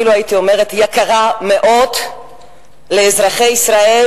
אפילו הייתי אומרת יקרה מאוד לאזרחי ישראל.